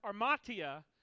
armatia